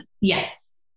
Yes